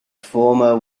former